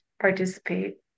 participate